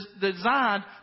designed